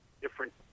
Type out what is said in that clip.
different